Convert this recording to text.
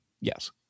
Yes